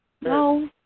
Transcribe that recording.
No